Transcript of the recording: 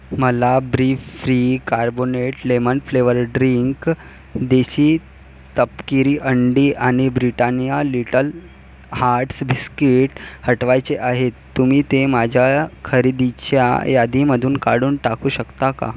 मला ब्रीफ्री carbonated lemon flavoured drink देशी तपकिरी अंडी आणि ब्रिटानिया लिटल हार्ट्स बिस्किट हटवायचे आहेत तुम्ही ते माझ्या खरेदीच्या यादीमधून काढून टाकू शकता का